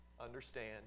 understand